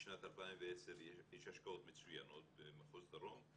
משנת 2010 יש השקעות מצוינות במחוז דרום,